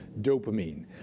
dopamine